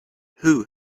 who